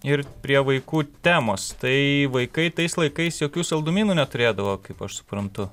ir prie vaikų temos tai vaikai tais laikais jokių saldumynų neturėdavo kaip aš suprantu